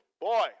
Boy